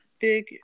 big